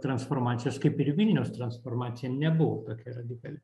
transformacijos kaip ir vilniaus transformacija nebuvo tokia radikali